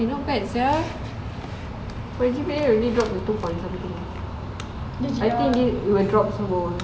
eh not bad sia my G_P_A only drop to two point something I think ni will drop some more